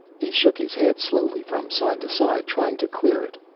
he shook his head slowly from side to side, trying to clear it.